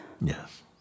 Yes